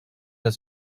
das